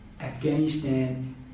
Afghanistan